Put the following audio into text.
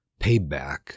Payback